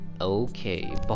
Okay